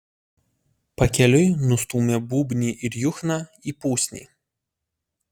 pakeliui nustūmė būbnį ir juchną į pusnį